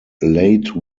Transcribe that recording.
late